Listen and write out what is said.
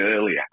earlier